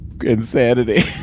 insanity